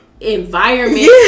environment